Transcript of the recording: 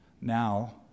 now